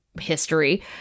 history